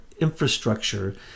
infrastructure